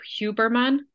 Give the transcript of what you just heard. Huberman